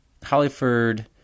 Hollyford